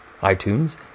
iTunes